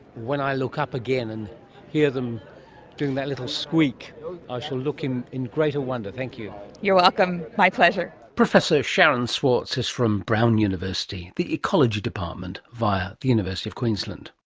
when i look up again and hear them doing that little squeak i shall look in in greater wonder. thank you. you're welcome, my pleasure. professor sharon swartz is from brown university, the ecology department, via the university of queensland